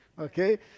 okay